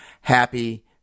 happy